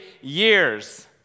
years